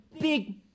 big